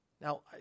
Now